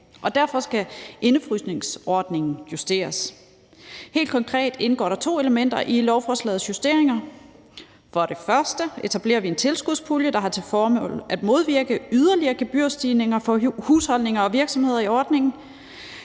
derfor skal indefrysningsordningen justeres. Helt konkret indgår der to elementer i lovforslagets justeringer: For det første etablerer vi en tilskudspulje, der har til formål at modvirke yderligere gebyrstigninger for husholdninger og virksomheder i ordningen.